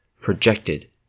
projected